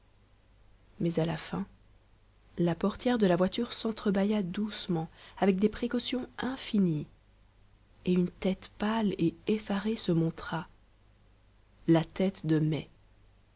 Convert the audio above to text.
mais à la fin la portière de la voiture sentre bâilla doucement avec des précautions infinies et une tête pâle et effarée se montra la tête de mai